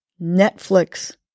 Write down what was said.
Netflix